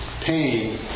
pain